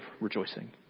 rejoicing